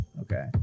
Okay